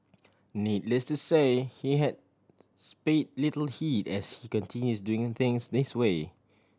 needless to say he has spay little heed as he continues doing things this way